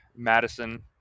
Madison